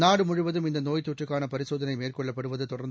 நாடு முழுவதும் இந்த நோய் தொற்றுக்கான பரிசோதனை மேற்கொள்ளப்படுவது தொடர்ந்து